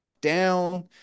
down